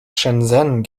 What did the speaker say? shenzhen